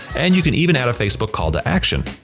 and you can even add a facebook call to action.